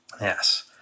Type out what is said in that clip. yes